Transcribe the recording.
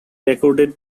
recorded